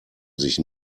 sich